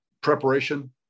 preparation